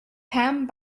pam